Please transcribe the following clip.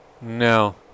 No